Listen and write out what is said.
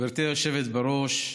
גברתי היושבת בראש,